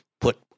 put